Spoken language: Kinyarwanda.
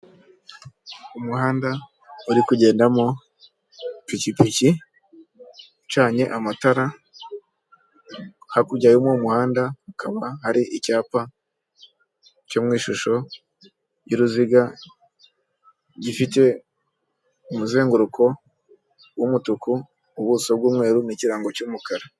Umuhanda uri kugendamo ipikipiki, ucanye amatara, hakurya y'umuhanda hakaba hari icyapa cyo mu ishusho y'uruziga, gifite umuzenguruko w'umutuku, ubuso bw'umweru n'kirango cy'umukara.